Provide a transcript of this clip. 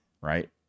Right